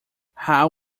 how